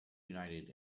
united